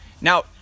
now